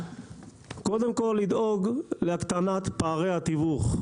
קודם כול לדאוג להקטנת פערי התיווך.